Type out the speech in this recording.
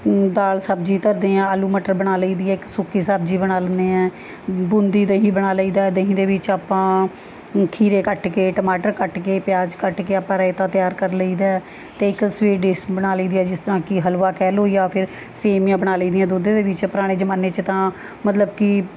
ਦਾਲ਼ ਸਬਜ਼ੀ ਧਰਦੇ ਹਾਂ ਆਲੂ ਮਟਰ ਬਣਾ ਲਈ ਦੀ ਹੈ ਇੱਕ ਸੁੱਕੀ ਸਬਜ਼ੀ ਬਣਾ ਲੈਂਦੇ ਹਾਂ ਬੂੰਦੀ ਦਹੀਂ ਬਣਾ ਲਈ ਦਾ ਦਹੀਂ ਦੇ ਵਿੱਚ ਆਪਾਂ ਖੀਰੇ ਕੱਟ ਕੇ ਟਮਾਟਰ ਕੱਟ ਕੇ ਪਿਆਜ਼ ਕੱਟ ਕੇ ਆਪਾਂ ਰਾਇਤਾ ਤਿਆਰ ਕਰ ਲਈ ਦਾ ਅਤੇ ਇੱਕ ਸਵੀਟ ਡਿਸ਼ ਬਣਾ ਲਈ ਦੀ ਹੈ ਜਿਸ ਤਰ੍ਹਾਂ ਕਿ ਹਲਵਾ ਕਹਿ ਲਓ ਜਾਂ ਫਿਰ ਸੇਵੀਆਂ ਬਣਾ ਲਈ ਦੀਆਂ ਦੁੱਧ ਦੇ ਵਿੱਚ ਪੁਰਾਣੇ ਜ਼ਮਾਨੇ 'ਚ ਤਾਂ ਮਤਲਬ ਕਿ